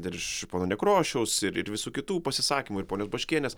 dar iš pono nekrošiaus ir visų kitų pasisakymų ir ponios baškienės